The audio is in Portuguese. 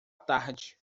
tarde